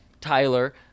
Tyler